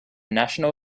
national